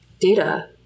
data